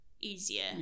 easier